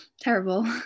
terrible